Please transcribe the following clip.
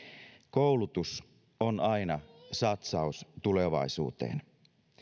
koulutus on aina satsaus tulevaisuuteen